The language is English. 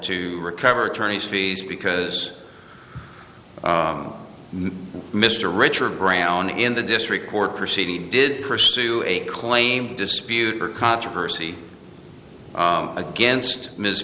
to recover attorney's fees because mr richard brown in the district court proceeding did pursue a claim dispute or controversy against ms